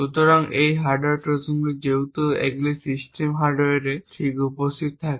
সুতরাং এই হার্ডওয়্যার ট্রোজানগুলি যেহেতু এগুলি সিস্টেমের হার্ডওয়্যারে ঠিক উপস্থিত থাকে